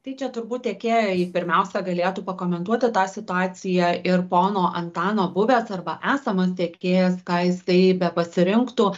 tai čia turbūt tekėjai pirmiausia galėtų pakomentuoti tą situaciją ir pono antano buvęs arba esamas tiekėjas ką jisai bepasirinktų